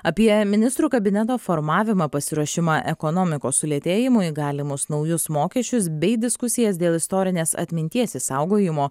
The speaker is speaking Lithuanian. apie ministrų kabineto formavimą pasiruošimą ekonomikos sulėtėjimui galimus naujus mokesčius bei diskusijas dėl istorinės atminties išsaugojimo